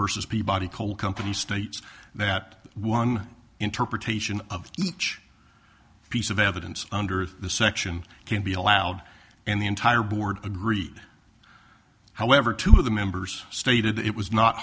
versus peabody coal company states that one interpretation of each piece of evidence under the section can be allowed and the entire board agreed however two of the members stated it was not